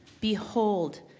behold